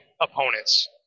opponents